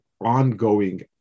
ongoing